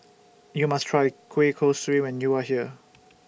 YOU must Try Kueh Kosui when YOU Are here